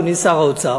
אדוני שר האוצר,